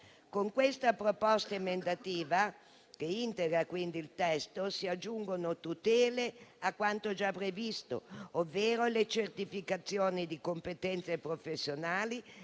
Con questa proposta emendativa, che integra quindi il testo, si aggiungono tutele a quanto già previsto, ovvero le certificazioni di competenze professionali,